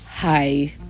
hi